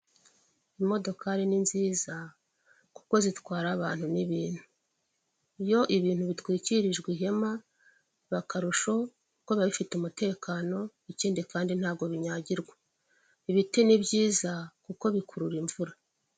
Imodokari ni nziza, kuko zitwara abantu n'ibintu. Iyo ibintu bitwikirijwe ihema biba akarusho, kuko biba bifite umutekano, ikindi kandi ntabwo binyagirwa. Ibiti ni byiza, kuko bikurura imvura.